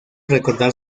recordar